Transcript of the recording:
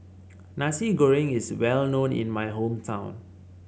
Nasi Goreng is well known in my hometown